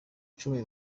icumi